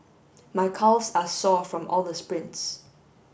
my calves are sore from all the sprints